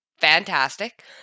fantastic